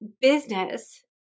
business